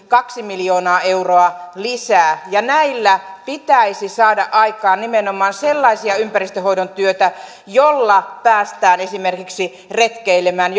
kaksi miljoonaa euroa lisää ja näillä pitäisi saada aikaan nimenomaan sellaista ympäristönhoidon työtä jolla päästään esimerkiksi retkeilemään